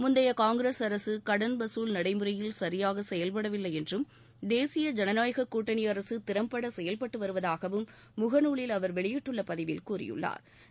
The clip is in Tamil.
முந்தைய காங்கிரஸ் அரசு கடன் வசூல் நடைமுறையில் சரியாக செயல்படவில்லை என்றும் தேசிய ஜனநாயக கூட்டனி அரசு திறம்பட செயல்பட்டு வருவதாகவும் முகநாலில் அவர் வெளியிட்டுள்ள பதிவில் கூறியுள்ளா்